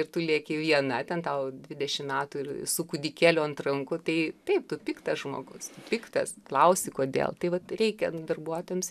ir tu lieki viena ten tau dvidešimt metų ir su kūdikėliu ant rankų tai taip piktas žmogus piktas klausi kodėl tai vat reikia darbuotojams